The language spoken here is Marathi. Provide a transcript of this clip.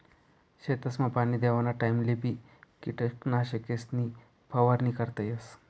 शेतसमा पाणी देवाना टाइमलेबी किटकनाशकेसनी फवारणी करता येस